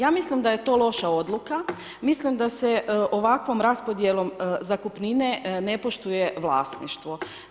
Ja mislim da je to loša odluka, mislim da se ovakvom raspodjelom zakupnine ne poštuje vlasništvo.